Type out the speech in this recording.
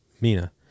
Mina